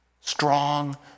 strong